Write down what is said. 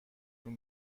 طول